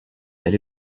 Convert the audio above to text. elle